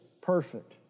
perfect